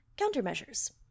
countermeasures